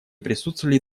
присутствовали